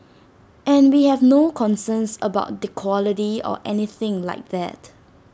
and we have no concerns about the quality or anything like that